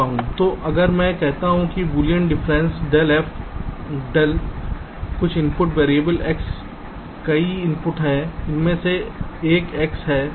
तो अगर मैं कहता हूं कि बूलियन अंतर del F del कुछ इनपुट वेरिएबल x कई इनपुट हैं उनमें से एक x है